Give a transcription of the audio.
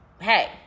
hey